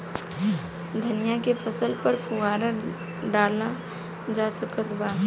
धनिया के फसल पर फुहारा डाला जा सकत बा?